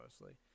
mostly